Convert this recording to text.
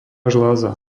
žľaza